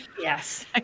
Yes